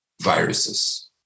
viruses